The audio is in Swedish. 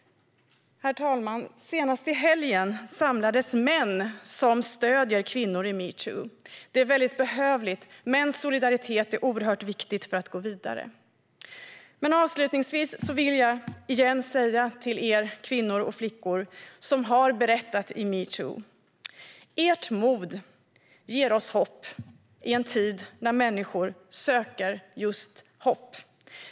Herr talman! Senast i helgen samlades män som stöder kvinnor i metoo. Det är behövligt. Mäns solidaritet är oerhört viktig för att vi ska kunna gå vidare. Avslutningsvis vill jag återigen säga till er kvinnor och flickor som har berättat i metoo: Ert mod ger oss hopp i en tid när människor söker just hopp.